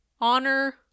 honor